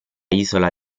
isola